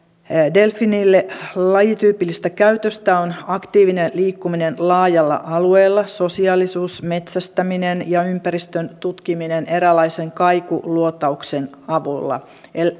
delfiinille lajityypillistä käytöstä on aktiivinen liikkuminen laajalla alueella sosiaalisuus metsästäminen ja ympäristön tutkiminen eräänlaisen kaikuluotauksen avulla